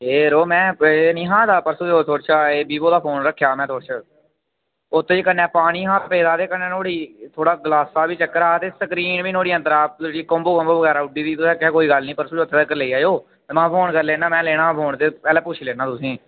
एह् यरो में एह् निहा आए दा परसों चौथ विवो दा फोन रक्खेआ हा में थुआढ़े शा उत्त कन्नै पानी हा पेदा कन्नै नुहाड़ी ग्लासै बी चक्कर हा ते कन्नै स्क्रीन बी नुहाड़ी अंदरा कोम्बो शोम्बो बगैरा उड्डी दी ही तुसें आक्खेआ हा कोई गल्ल नि परसों चौथा तक्कर लेई जाएओ महां फोन करी लेना हा फोन महां पैह्ले पुच्छी लैन्ना तुसेंगी